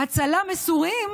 הצלה מסורים,